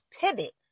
pivot